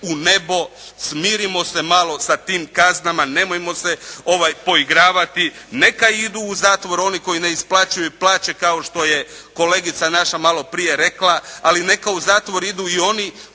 u nebo, smirimo se malo sa tim kaznama, nemojmo se poigravati, neka idu u zatvor oni koji ne isplaćuju plaće kao što je kolegica naša maloprije rekla, ali neka u zatvor idu i oni